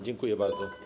Dziękuję bardzo.